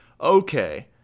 okay